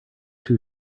too